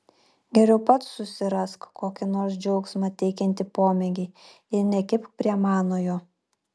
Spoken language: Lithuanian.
geriau pats susirask kokį nors džiaugsmą teikiantį pomėgį ir nekibk prie manojo